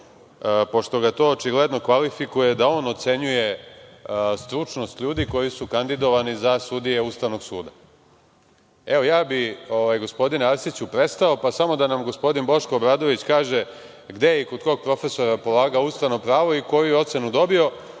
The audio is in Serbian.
pošto ga to očigledno kvalifikuje da on ocenjuje stručnost ljudi koji su kandidovani za sudije Ustavnog suda. Gospodine Arsiću, ja bih prestao, samo da nam gospodin Boško Obradović kaže gde i kod kog profesora je polagao ustavno pravo i koju je ocenu dobio,